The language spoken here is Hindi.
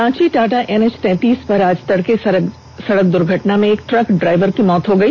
रांची टाटा एनएच तैंतीस पर आज तड़के सड़क द्र्घटना में एक ट्रक ड्राइवर की मौत हो गई